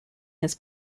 his